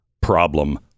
problem